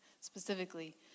specifically